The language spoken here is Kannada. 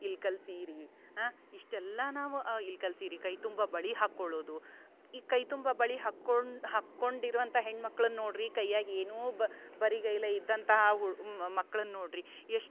ಇಲ್ಕಲ್ ಸೀರೆ ಇಷ್ಟೆಲ್ಲ ನಾವು ಇಲ್ಕಲ್ ಸೀರೆ ಕೈ ತುಂಬ ಬಳೆ ಹಾಕ್ಕೊಳೋದು ಈ ಕೈ ತುಂಬ ಬಳೆ ಹಾಕ್ಕೊಂಡು ಹಾಕ್ಕೊಂಡಿರುವಂಥಾ ಹೆಣ್ಮಕ್ಳನ್ನ ನೋಡ್ರಿ ಕೈಯಾಗ ಏನೂ ಬರಿ ಗೈಲೆ ಇದ್ದಂತಹ ಹು ಮಕ್ಳನ್ನ ನೋಡ್ರಿ ಎಷ್ಟು